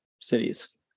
cities